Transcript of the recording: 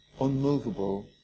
unmovable